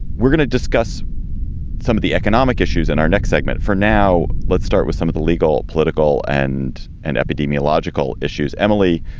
we're going to discuss some of the economic issues in our next segment for now. let's start with some of the legal, political and and epidemiological issues, emily.